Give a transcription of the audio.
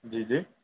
جی جی